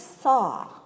saw